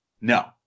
No